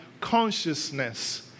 consciousness